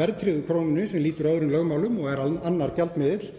verðtryggðri krónu sem lýtur öðrum lögmálum og er annar gjaldmiðill,